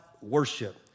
worship